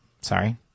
Sorry